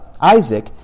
Isaac